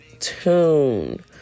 tune